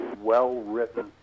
well-written